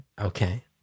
Okay